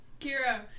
Kira